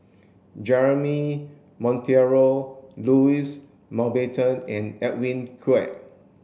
Jeremy Monteiro Louis Mountbatten and Edwin Koek